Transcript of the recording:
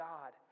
God